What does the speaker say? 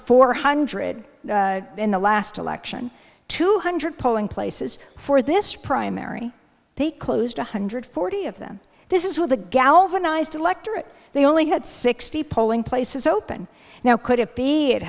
four hundred in the last election two hundred polling places for this primary they closed one hundred forty of them this is with a galvanized electorate they only had sixty polling places open now could it be it